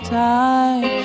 time